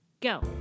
go